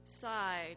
side